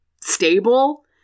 stable